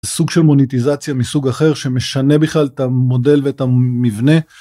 סוג של מוניטיזציה מסוג אחר שמשנה בכלל את המודל ואת המבנה.